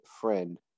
friend